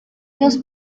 los